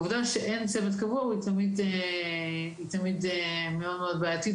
העובדה שאין צוות קבוע היא תמיד מאוד בעייתית